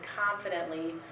confidently